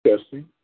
Testing